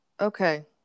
okay